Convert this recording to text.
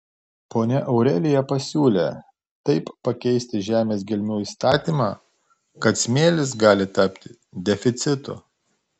ponia aurelija pasiūlė taip pakeisti žemės gelmių įstatymą kad smėlis gali tapti deficitu